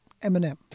Eminem